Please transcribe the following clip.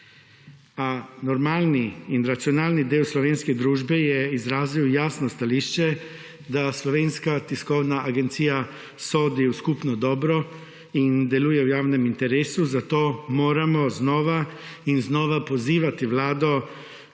a normalni in racionalni del slovenske družbe je izrazil jasno stališče, da Slovenska tiskovna agencija sodi v skupno dobro in deluje v javnem interesu, zato moramo znova in znova pozivati Vlado